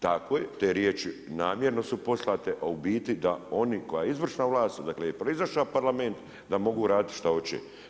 Tako je, te riječi namjerno su poslate, a u biti, da oni koji su izvršna vlasti, dakle, proizašao parlament, da mogu raditi šta hoće.